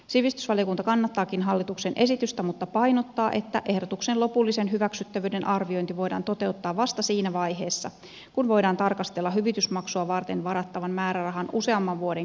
sivistysvaliokunta kannattaakin hallituksen esitystä mutta painottaa että ehdotuksen lopullisen hyväksyttävyyden arviointi voidaan toteuttaa vasta siinä vaiheessa kun voidaan tarkastella hyvitysmaksua varten varattavan määrärahan useamman vuoden kehitystä